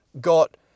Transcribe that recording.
got